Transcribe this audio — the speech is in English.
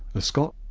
a scott,